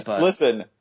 Listen